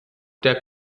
der